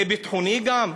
זה ביטחוני גם?